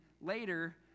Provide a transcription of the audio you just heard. later